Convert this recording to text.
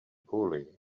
poorly